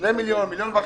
שני מיליון, מיליון וחצי,